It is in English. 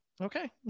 okay